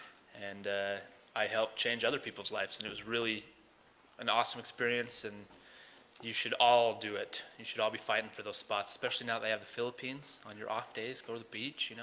and i helped change other people's lives. and it was really an awesome experience, and you should all do it. you should all be fine for those sports, especially now they have the philippines, on your off days, go to beach. you know